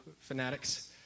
fanatics